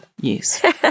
Yes